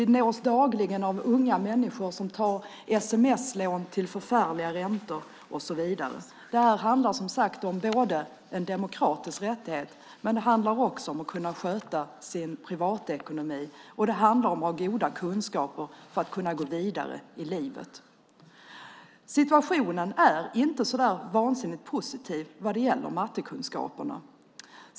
Vi nås dagligen av berättelser om unga människor som tar sms-lån till förfärliga räntor och så vidare. Det här handlar som sagt om en demokratisk rättighet, men det handlar också om att kunna sköta sin privatekonomi, och det handlar om att ha goda kunskaper för att kunna gå vidare i livet. Situationen är inte så där vansinnigt positiv vad det gäller mattekunskaperna.